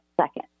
second